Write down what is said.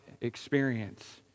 experience